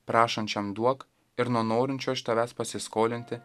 prašančiam duok ir nuo norinčio iš tavęs pasiskolinti